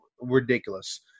ridiculous